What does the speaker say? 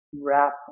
wrap